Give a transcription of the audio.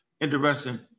Interesting